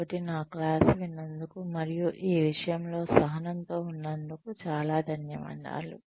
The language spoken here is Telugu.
కాబట్టి నా క్లాస్ విన్నందుకు మరియు ఈ విషయంలో సహనంతో ఉన్నందుకు చాలా ధన్యవాదాలు